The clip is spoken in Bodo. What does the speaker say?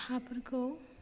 हाफोरखौ